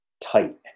tight